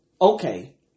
Okay